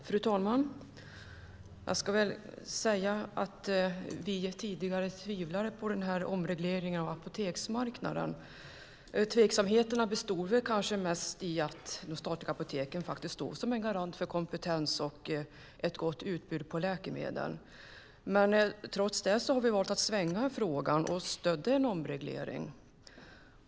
Fru talman! Vi tvivlade tidigare på omregleringen av apoteksmarknaden. Tveksamheterna bestod kanske mest i att de statliga apoteken stod som en garant för kompetens och ett gott utbud av läkemedel. Trots det valde vi att svänga i frågan och stödde en omreglering.